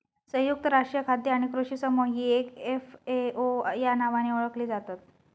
संयुक्त राष्ट्रीय खाद्य आणि कृषी समूह ही एफ.ए.ओ या नावाने ओळखली जातत